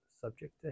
subject